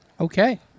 Okay